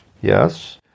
Yes